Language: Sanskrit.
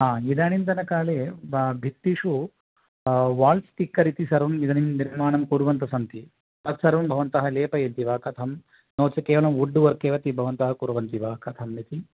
हा इदानीन्तनकाले वा भित्तिषु वाल् स्टिक्कर् इति सर्वम् इदानीं निर्माणं कुर्वन्तः सन्ति तत्सर्वं भवन्तः लेपयन्ति वा कथं नो चेत् केवलं वुड् वर्क् तदपि भवन्तः कुर्वन्ति वा कथम् इति